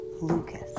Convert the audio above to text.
lucas